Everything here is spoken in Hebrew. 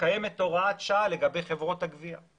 שקיימת הוראת שעה לגבי חברות הגבייה.